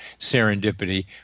serendipity